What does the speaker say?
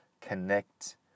connect